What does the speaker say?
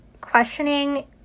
questioning